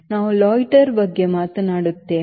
ನಾವು loiter ಬಗ್ಗೆ ಮಾತನಾಡುತ್ತೇವೆ